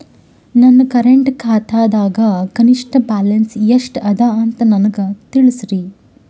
ನನ್ನ ಕರೆಂಟ್ ಖಾತಾದಾಗ ಕನಿಷ್ಠ ಬ್ಯಾಲೆನ್ಸ್ ಎಷ್ಟು ಅದ ಅಂತ ನನಗ ತಿಳಸ್ರಿ